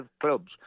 clubs